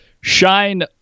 shine